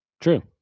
True